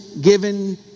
given